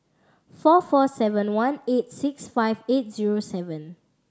four four seven one eight six five eight zero seven